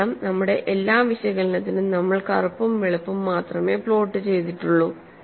കാരണം നമ്മുടെ എല്ലാ വിശകലനത്തിനും നമ്മൾ കറുപ്പും വെളുപ്പും മാത്രമേ പ്ലോട്ട് ചെയ്തിട്ടുള്ളൂ